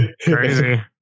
Crazy